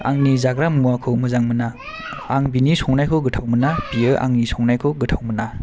आंनि जाग्रा मुवाखौ मोजां मोना आं बिनि संनायखौ गोथाव मोना बियो आंनि संनायखौ गोथाव मोना